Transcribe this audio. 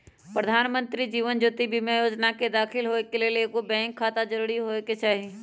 प्रधानमंत्री जीवन ज्योति बीमा जोजना में दाखिल होय के लेल एगो बैंक खाता जरूरी होय के चाही